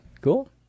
Cool